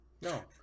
no